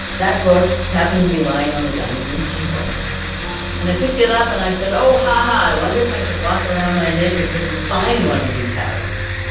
that book happened to be lying on the dining room table and i picked it up and i said, oh haha, i wonder if i could walk around my neighborhood and find one of these houses,